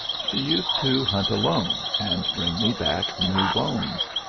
she used to hunt alone, and bring me back new bones,